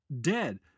dead